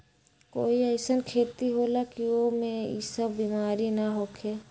कोई अईसन खेती होला की वो में ई सब बीमारी न होखे?